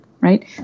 right